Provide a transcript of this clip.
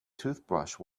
toothbrush